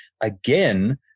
again